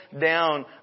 down